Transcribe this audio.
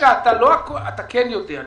אתה כן יודע,